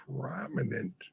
prominent